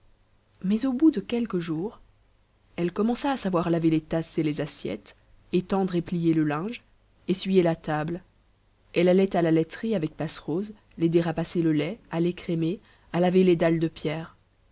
mais au bout de quelques jours elle commença à savoir laver les tasses et les assiettes étendre et plier le linge essuyer la table elle allait à la laiterie avec passerose l'aider à passer le lait à l'écrémer à laver les dalles de pierre